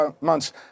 months